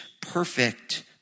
perfect